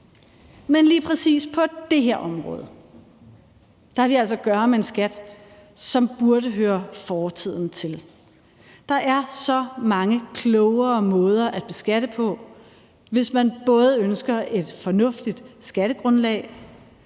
Men lige præcis på det her område har vi altså at gøre med en skat, som burde høre fortiden til. Der er så mange klogere måder at beskatte på, hvis man både ønsker et fornuftigt skattegrundlag,